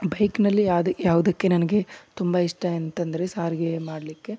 ಬೈಕ್ನಲ್ಲಿ ಯಾವುದೇ ಯಾವುದಕ್ಕೆ ನನಗೆ ತುಂಬ ಇಷ್ಟ ಎಂತಂದರೆ ಸಾರಿಗೆ ಮಾಡಲಿಕ್ಕೆ